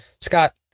Scott